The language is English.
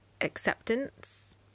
acceptance